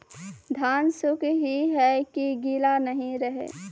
धान सुख ही है की गीला नहीं रहे?